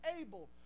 able